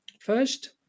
First